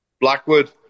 Blackwood